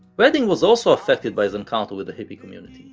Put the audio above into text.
redding was also affected by his encounter with the hippie community,